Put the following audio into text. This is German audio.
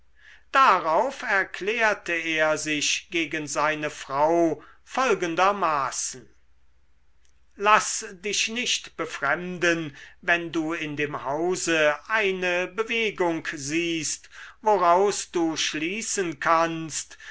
darauf erklärte er sich gegen seine frau folgendermaßen laß dich nicht befremden wenn du in dem hause eine bewegung siehst woraus du schließen kannst